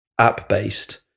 app-based